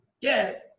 Yes